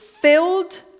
filled